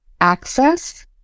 access